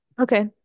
Okay